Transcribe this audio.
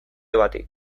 bati